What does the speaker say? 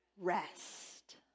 rest